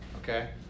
okay